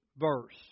verse